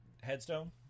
headstone